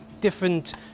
different